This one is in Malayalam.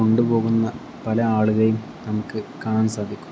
കൊണ്ടുപോകുന്ന പല ആളുകളെയും നമുക്ക് കാണാൻ സാധിക്കും